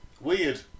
Weird